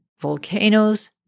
volcanoes